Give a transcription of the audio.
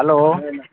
hello